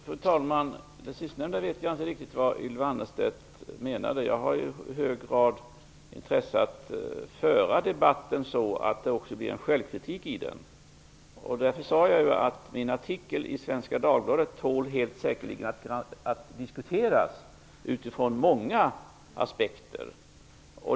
Fru talman! Jag vet inte riktigt vad Ylva Annerstedt menade med det sistnämnda. Jag har i hög grad intresse av att föra debatten så, att det också blir en självkritik i den. Därför sade jag att min artikel i Svenska Dagbladet helt säkert tål att diskuteras utifrån många aspekter.